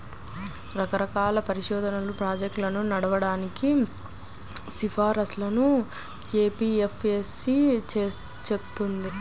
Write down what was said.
రకరకాల పరిశోధనా ప్రాజెక్టులను నడపడానికి సిఫార్సులను ఎఫ్ఏఎస్బి చేత్తది